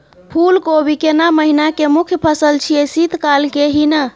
फुल कोबी केना महिना के मुखय फसल छियै शीत काल के ही न?